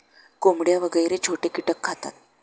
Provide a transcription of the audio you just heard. कोंबड्या वगैरे छोटे कीटक खातात